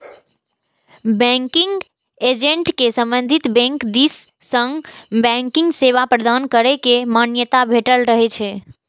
banking agent कें संबंधित bank दिस सं बैंकिंग सेवा प्रदान करै के मान्यता भेटल रहै छै